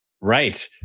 Right